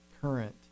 current